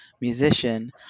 musician